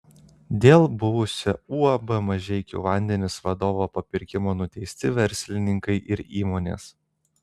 dėl buvusio uab mažeikių vandenys vadovo papirkimo nuteisti verslininkai ir įmonės